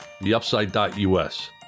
theupside.us